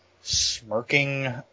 smirking